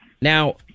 Now